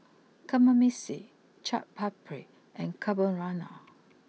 Kamameshi Chaat Papri and Carbonara